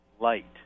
light